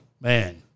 Man